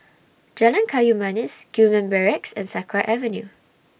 Jalan Kayu Manis Gillman Barracks and Sakra Avenue